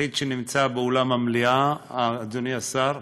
היחיד שנמצא באולם המליאה, אדוני השר,